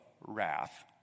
wrath